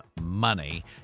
money